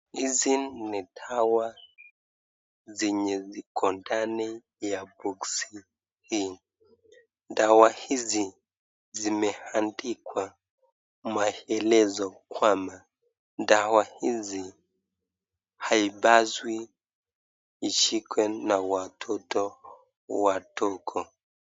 Hizi ni dawa zenye ziko ndani ya box hii. Dawa hizi zimeandikwa maelezo kwamba dawa hizi haipaswi ishikwe na watoto wadogo.